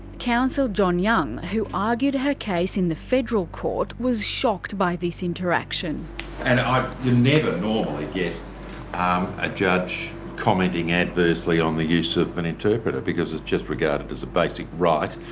counsel john young, who argued her case in the federal court, was shocked by this interaction. and i never normally get a judge commenting adversely on the use of an interpreter because it's just regarded as a basic right.